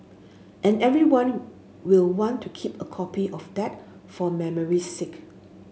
and everyone will want to keep a copy of that for memory's sake